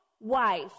wife